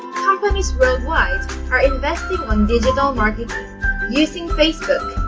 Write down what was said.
companies worldwide are investing on digital marketing using facebook,